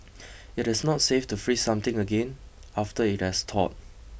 it is not safe to freeze something again after it has thawed